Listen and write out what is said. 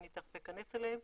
ואני תיכף אכנס אליהם,